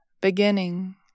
beginning